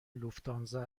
لوفتانزا